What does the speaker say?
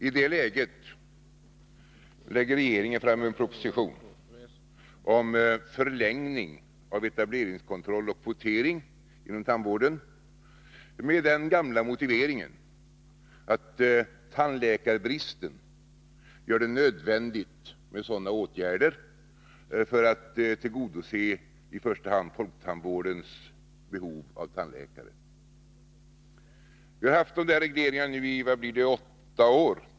I det läget lägger regeringen fram en proposition om förlängning av etableringskontroll och kvotering inom tandvården med den gamla motiveringen att tandläkarbristen gör det nödvändigt med sådana åtgärder för att i första hand tillgodose folktandvårdens behov av tandläkare. Vi har nu haft dessa regleringar i åtta år.